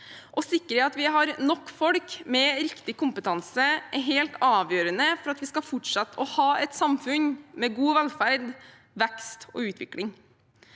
Å sikre at vi har nok folk med riktig kompetanse, er helt avgjørende for at vi skal fortsette å ha et samfunn med god velferd, vekst og utvikling.